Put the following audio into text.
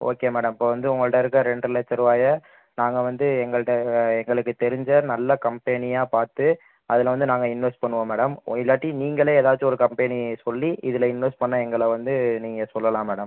okay madam இப்போ வந்து உங்கள்கிட்ட இருக்கிற ரெண்டு லட்சரூபாயை நாங்கள் வந்து எங்கள்கிட்ட எங்களுக்கு தெரிஞ்ச நல்ல கம்பெனியாக பார்த்து அதில் வந்து நாங்கள் இன்வெஸ்ட் பண்ணுவோம் மேடம் இல்லாட்டி நீங்களே ஏதாச்சும் ஒரு கம்பெனி சொல்லி இதில் இன்வெஸ்ட் பண்ண எங்களை வந்து நீங்கள் சொல்லலாம் மேடம்